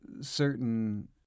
certain